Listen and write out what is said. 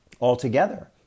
altogether